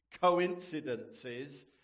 coincidences